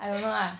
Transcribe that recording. I remember lah